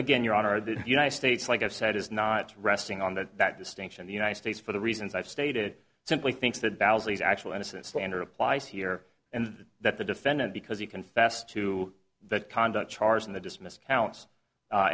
again your honor the united states like i've said is not resting on that that distinction the united states for the reasons i've stated simply thinks that actual innocent standard applies here and that the defendant because he confessed to that conduct charge in the dismissed counts